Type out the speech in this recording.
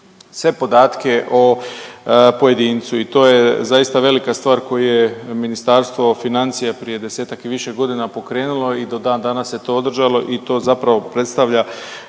sve podatke o pojedincu i to je zaista velika stvar koju je Ministarstvo financija prije 10-ak i više godina pokrenulo i do danas se to održalo i to zapravo predstavlja